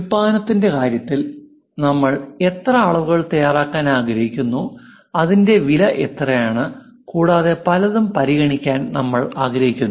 ഉൽപാദനത്തിന്റെ കാര്യത്തിൽ നമ്മൾ എത്ര അളവുകൾ തയ്യാറാക്കാൻ ആഗ്രഹിക്കുന്നു അതിന്റെ വില എത്രയാണ് കൂടാതെ പലതും പരിഗണിക്കാൻ നമ്മൾ ആഗ്രഹിക്കുന്നു